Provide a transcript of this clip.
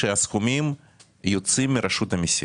שהסכומים יוצאים מרשות המסים.